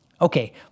Okay